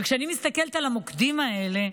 כשאני מסתכלת על המוקדים האלה,